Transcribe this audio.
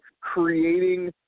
creating